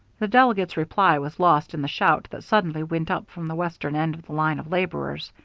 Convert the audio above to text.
the delegate's reply was lost in the shout that suddenly went up from the western end of the line of laborers.